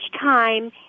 time